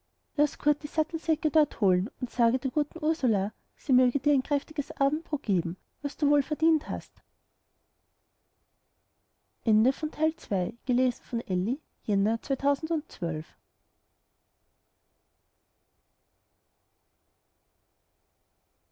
laß kurt die sattelsäcke dort holen und sage der guten ursula sie möge dir ein kräftiges abendbrot geben was du wohl verdient hast